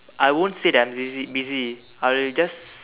I won't say that I'm busy busy I will just